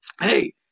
Hey